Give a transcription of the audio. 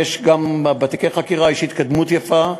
גם בתיקי החקירה יש התקדמות יפה.